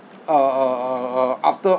uh uh uh uh after